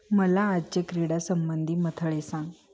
मला आजचे क्रीडासंबंधी मथळे सांग